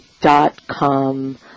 dot-com